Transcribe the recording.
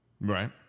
Right